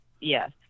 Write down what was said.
yes